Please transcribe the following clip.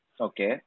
Okay